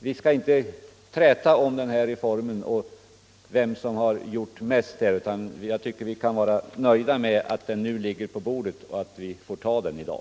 Vi skall inte träta om vem som har gjort mest när det gäller den här reformen, utan vi bör vara nöjda med att förslaget nu ligger på bordet och att vi får ta det i dag.